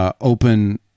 Open